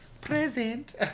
Present